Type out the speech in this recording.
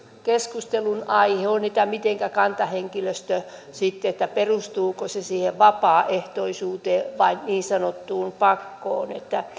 keskustelunaihe on mitenkä kantahenkilöstö sitten perustuuko se siihen vapaaehtoisuuteen vai niin sanottuun pakkoon